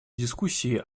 дискуссий